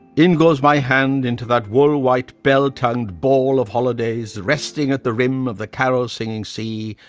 in goes my hand into that wool-white bell-tongued ball of holidays resting at the rim of the carol-singing sea,